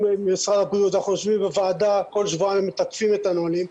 משרד הבריאות ואנחנו יושבים בוועדה וכל שבועיים מתקפים את הנהלים,